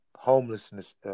homelessness